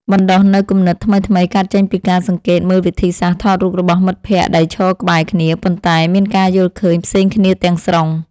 បណ្តុះនូវគំនិតថ្មីៗកើតចេញពីការសង្កេតមើលវិធីសាស្ត្រថតរូបរបស់មិត្តភក្តិដែលឈរក្បែរគ្នា ប៉ុន្តែ មានការយល់ឃើញផ្សេងគ្នាទាំងស្រុង។